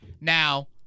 Now